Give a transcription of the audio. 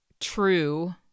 true